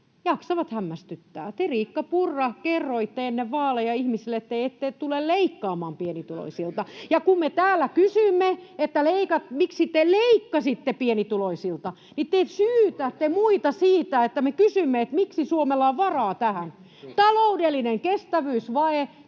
jaksavat hämmästyttää. Te, Riikka Purra, kerroitte ennen vaaleja ihmisille, että te ette tule leikkaamaan pienituloisilta, ja kun me täällä kysymme, miksi te leikkaisitte pienituloisilta, niin te syytätte muita siitä, että me kysymme, miksi Suomella on varaa tähän. [Petri Huru: Tuliko